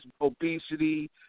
obesity